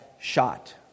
shot